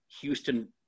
Houston